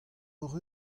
hocʼh